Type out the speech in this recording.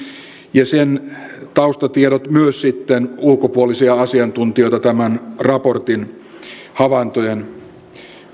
ja sen taustatiedot myös sitten ulkopuolisia asiantuntijoita tämän raportin havaintojen